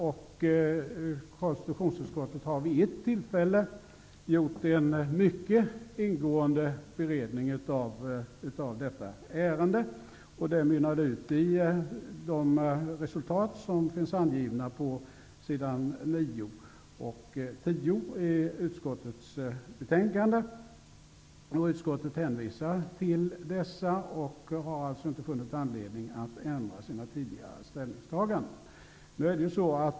Vid ett tillfälle har konstitutionsutskottet gjort en mycket ingående beredning av detta ärende. Den utredningen mynnade ut i de resultat som finns angivna på s. 9 och s. 10 i utskottets betänkande. Utskottet hänvisar till dessa utredningar och har inte funnit anledning att ändra sina tidigare ställningstaganden.